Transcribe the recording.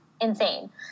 insane